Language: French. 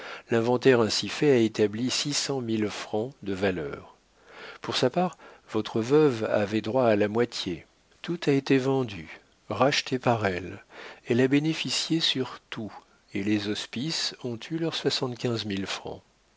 l'inventaire ainsi fait a établi six cent mille francs de valeurs pour sa part votre veuve avait droit à la moitié tout a été vendu racheté par elle elle a bénéficié sur tout et les hospices ont eu leurs